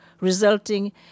resulting